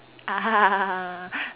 (uh huh)